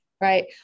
Right